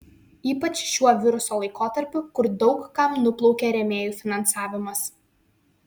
ypač šiuo viruso laikotarpiu kur daug kam nuplaukė rėmėjų finansavimas